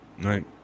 Right